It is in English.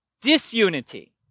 disunity